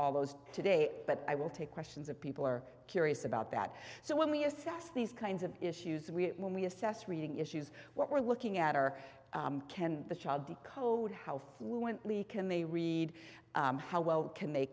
all those today but i will take questions of people are curious about that so when we assess these kinds of issues we assess reading issues what we're looking at are can the child be cold how fluently can they read how well can they